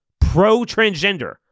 Pro-transgender